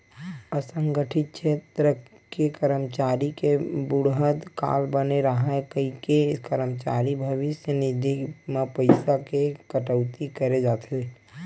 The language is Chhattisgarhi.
असंगठित छेत्र के करमचारी के बुड़हत काल बने राहय कहिके करमचारी भविस्य निधि म पइसा के कटउती करे जाथे